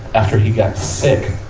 after he got sick,